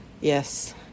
yes